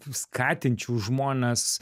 skatinčiau žmones